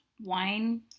wine